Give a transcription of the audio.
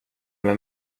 med